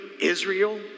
Israel